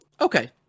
Okay